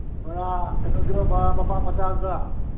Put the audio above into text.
ꯕꯣꯔꯥ ꯀꯩꯅꯣꯗꯨꯔꯣ ꯃꯄꯥꯛ ꯃꯆꯥꯗꯨꯔꯥ